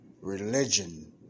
religion